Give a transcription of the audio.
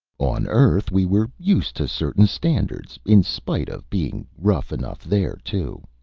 on earth we were used to certain standards in spite of being rough enough there, too.